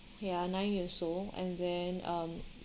ya nine years old and then um